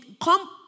come